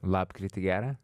lapkritį gera